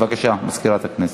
בבקשה, מזכירת הכנסת.